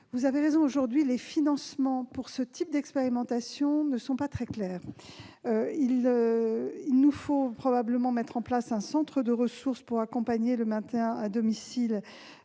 Vous avez raison, aujourd'hui, les financements pour ce type d'expérimentations ne sont pas très clairs. Il nous faut probablement mettre en place un centre de ressources pour accompagner le maintien à domicile.